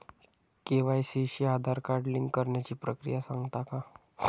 KYC शी Aadhaar card link करण्याची प्रक्रिया सांगता का?